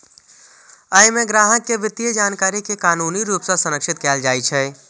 अय मे ग्राहक के वित्तीय जानकारी कें कानूनी रूप सं संरक्षित कैल जाइ छै